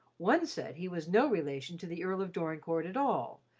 one said he was no relation to the earl of dorincourt at all,